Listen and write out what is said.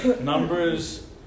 Numbers